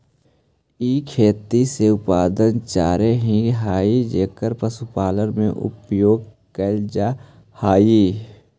ई खेती से उत्पन्न चारे ही हई जेकर पशुपालन में उपयोग कैल जा हई